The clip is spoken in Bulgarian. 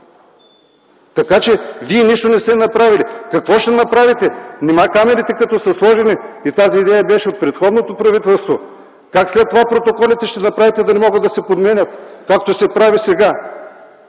Така че, Вие нищо не сте направили. Какво ще направите? Нима камерите като са сложени – тази идея беше от предходното правителство, как ще направите след това протоколите, та да не могат да се подменят, както се прави сега?